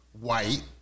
white